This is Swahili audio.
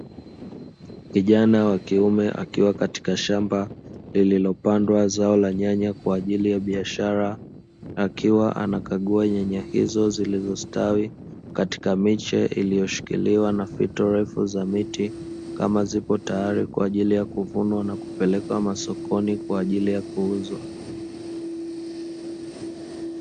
Kijana wa kiume, akiwa katika shamba lililopandwa zao la nyanya kwa ajili ya biashara, akiwa anakagua nyanya hizo zilizostawi katika miche iliyoshikiliwa na fito ndefu za miti, kama zipo tayari kwa ajili ya kuvunwa na kupelekwa masokoni kwa ajili ya kuuzwa.